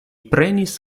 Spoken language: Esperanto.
prenis